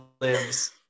lives